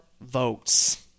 votes